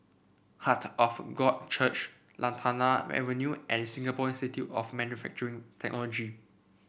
Heart of God Church Lantana Avenue and Singapore Institute of Manufacturing Technology